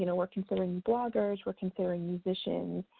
you know we're considering bloggers, we're considering musicians.